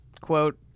quote